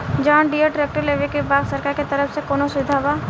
John Deere tractor लेवे के बा सरकार के तरफ से कौनो सुविधा बा?